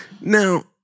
Now